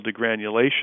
degranulation